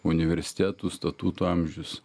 universitetų statutų amžius